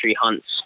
hunts